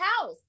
house